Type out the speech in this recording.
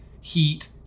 heat